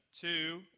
Two